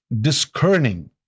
discerning